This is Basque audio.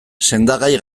sendagai